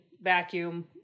vacuum